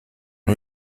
hay